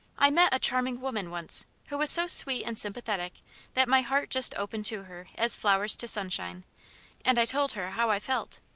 i met a charming woman, once, who was so sweet and sympathetic that my heart just opened to her as flowers to sunshine and i told her how i felt.